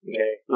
Okay